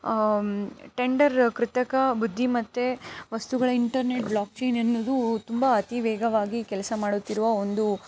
tender ಕೃತಕ ಬುದ್ಧಿಮತ್ತೆ ವಸ್ತುಗಳ ಇಂಟರ್ನೆಟ್ ಬ್ಲಾಕ್ಚೈನ್ ಎನ್ನೋದು ತುಂಬ ಅತಿ ವೇಗವಾಗಿ ಕೆಲಸ ಮಾಡುತ್ತಿರುವ ಒಂದು